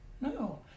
No